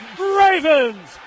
Ravens